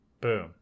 boom